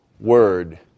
word